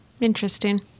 Interesting